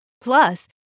Plus